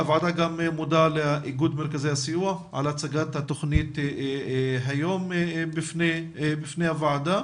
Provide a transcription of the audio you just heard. הוועדה גם מודה לאיגוד מרכזי הסיוע על הצגת התוכנית היום בפני הוועדה.